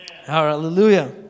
Hallelujah